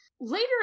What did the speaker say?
Later